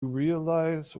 realize